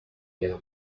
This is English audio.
yet